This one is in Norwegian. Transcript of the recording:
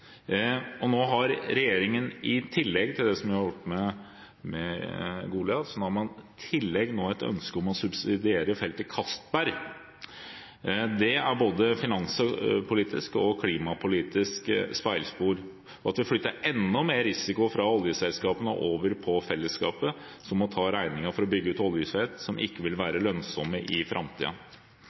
Og nå har regjeringen – i tillegg til det som er gjort med Goliat – et ønske om å subsidiere Castberg-feltet. Det er både finanspolitisk og klimapolitisk et feilspor, og vi flytter enda mer risiko fra oljeselskapene og over på fellesskapet, som må ta regningen for å bygge ut oljefelt som ikke vil være lønnsomme i